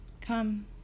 Come